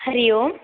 हरिः ओम्